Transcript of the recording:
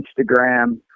Instagram